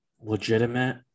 legitimate